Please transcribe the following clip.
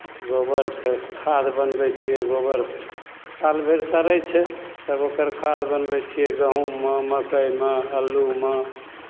गोबरके खाद बनबै छियै गोबर साल भरि सड़ै छै तब ओकर खाद बनबै छियै गहुँममे मकइमे आलूमे